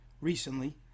recently